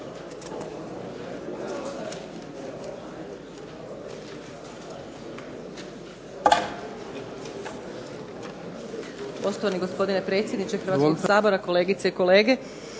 Poštovani gospodine predsjedniče Hrvatskoga sabora, kolegice i kolege.